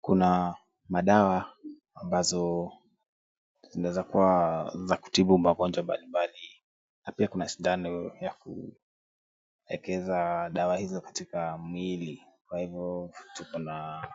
Kuna madawa ambazo zinaweza kuwa za kutibu magonjwa mbalimbali, na pia kuna sindano ya kuekeza dawa hizo katika mili. Kwa hivyo tuko na